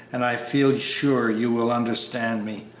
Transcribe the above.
and i feel sure you will understand me.